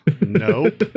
No